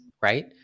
Right